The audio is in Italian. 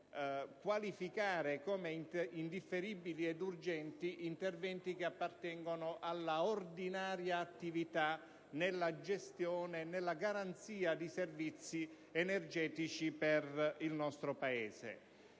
qualificare come indifferibili ed urgenti interventi che appartengono all'ordinaria attività nella gestione e nella garanzia di servizi energetici per il nostro Paese.